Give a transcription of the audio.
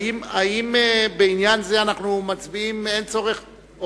האם בעניין זה אנחנו מצביעים או אין צורך?